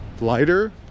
lighter